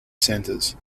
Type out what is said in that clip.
centres